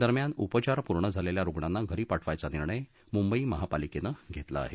दरम्यान उपचार पूर्ण झालेल्या रुग्णांना घरी पाठवायचा निर्णय मुंबई महापालिकेनं घेतला आहे